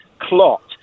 CLOT